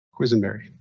Quisenberry